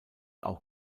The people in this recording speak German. auch